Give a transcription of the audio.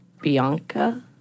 Bianca